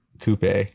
Coupe